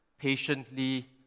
patiently